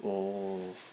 oh